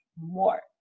more